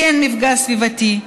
כן מפגע סביבתי,